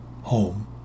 home